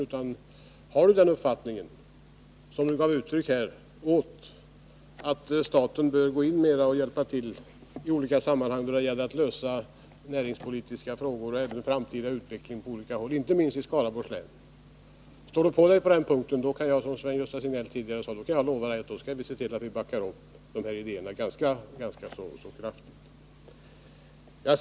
Om Sten Svensson har den uppfattning som han gav uttryck åt här, att staten bör gå in mera och hjälpa tilli olika sammanhang när det gäller att lösa näringspolitiska frågor och även den framtida utvecklingen på olika håll, inte minst i Skaraborgs län, och om han står på sig, så kan jag, som herr Signell tidigare sade, lova att vi skall backa upp dessa idéer ganska kraftigt.